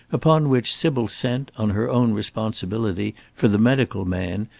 upon which sybil sent, on her own responsibility, for the medical man,